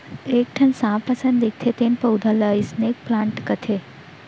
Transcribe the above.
एक ठन सांप असन दिखथे तेन पउधा ल स्नेक प्लांट कथें